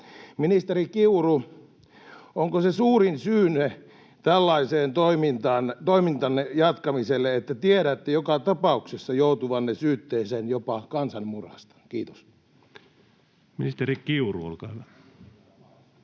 Ministeri Kiuru, onko suurin syynne tällaisen toimintanne jatkamiselle, että tiedätte joka tapauksessa joutuvanne syytteeseen jopa kansanmurhasta? — Kiitos. [Speech 129] Speaker: